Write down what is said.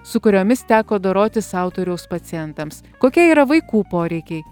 su kuriomis teko dorotis autoriaus pacientams kokie yra vaikų poreikiai